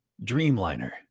Dreamliner